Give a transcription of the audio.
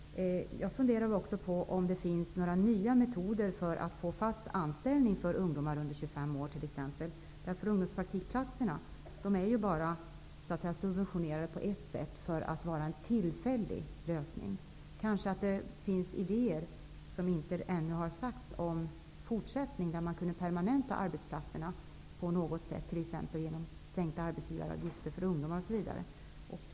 Jag funderar på om det finns några nya metoder för ungdomar under 25 år att kunna få fast anställning. Ungdomspraktikplatser är ju bara subventionerade på ett sätt, nämligen för att vara en tillfällig lösning. Det finns kanske idéer som ännu inte har uttalats om en fortsättning där arbetstillfällena kan permanentas, t.ex. med hjälp av sänkta arbetsgivaravgifter för ungdomar osv.